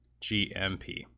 GMP